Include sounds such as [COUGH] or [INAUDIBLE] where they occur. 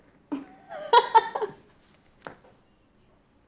[LAUGHS]